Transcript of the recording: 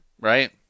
Right